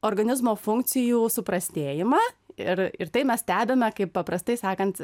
organizmo funkcijų suprastėjimą ir ir tai mes stebime kaip paprastai sakant